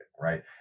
right